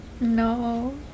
No